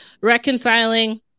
reconciling